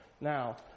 Now